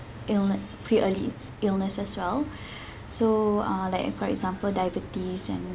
illness pre early illness as well so uh like for example diabetes and